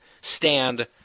stand